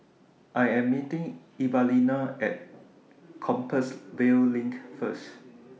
I Am meeting Evalena At Compassvale LINK First